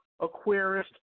aquarist